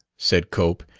said cope.